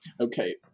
okay